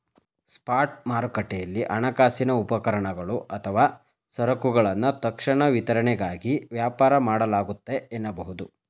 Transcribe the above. spot ಮಾರುಕಟ್ಟೆಯಲ್ಲಿ ಹಣಕಾಸಿನ ಉಪಕರಣಗಳು ಅಥವಾ ಸರಕುಗಳನ್ನ ತಕ್ಷಣ ವಿತರಣೆಗಾಗಿ ವ್ಯಾಪಾರ ಮಾಡಲಾಗುತ್ತೆ ಎನ್ನಬಹುದು